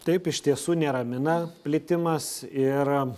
taip iš tiesų neramina plitimas ir